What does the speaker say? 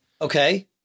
Okay